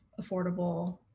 affordable